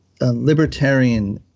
libertarian